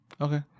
Okay